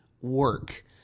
work